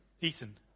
Ethan